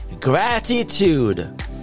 Gratitude